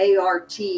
ART